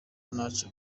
naca